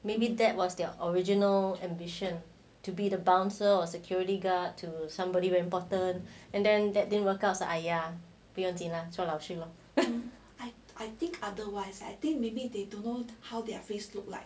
maybe that was their original ambition to be the bouncer or security guard to somebody very important and then that didn't work out like !aiya! 不用紧啦做老师咯